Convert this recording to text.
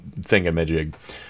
thingamajig